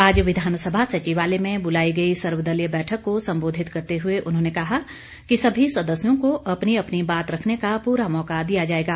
आज विधानसभा सचिवालय में बुलाई गई सर्वदलीय बैठक को संबोधित करते हुए उन्होंने कहा कि सभी सदस्यों को अपनी अपनी बात रखने का पूरा मौका दिया जाएगा